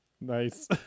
Nice